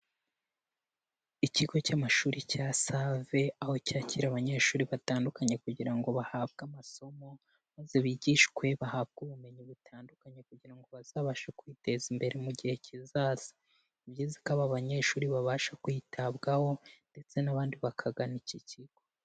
Ikigo cy'amashuri cya Save, aho cyakira abanyeshuri batandukanye kugira ngo bahabwe amasomo maze bigishwe bahabwe ubumenyi butandukanye kugira ngo bazabashe kwiteza imbere mu gihe kizaza. Ni byiza ko aba banyeshuri babasha kwitabwaho ndetse n'abandi bakagana iki kigo.